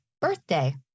birthday